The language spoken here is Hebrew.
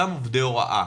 אותם עובדי הוראה,